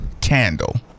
candle